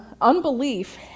unbelief